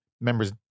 members